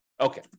Okay